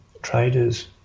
Traders